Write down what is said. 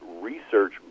research